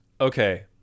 Okay